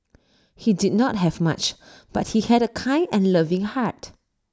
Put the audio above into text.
he did not have much but he had A kind and loving heart